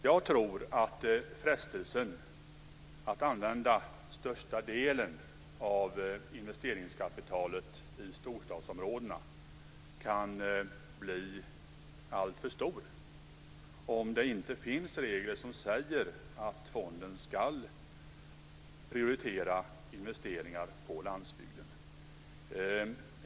Jag tror att frestelsen att använda största delen av investeringskapitalet i storstadsområdena kan bli alltför stor om det inte finns regler som säger att fonden ska prioritera investeringar på landsbygden.